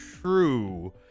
true